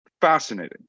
Fascinating